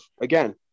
again